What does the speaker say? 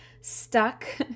stuck